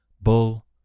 Bull